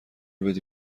بدی